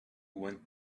went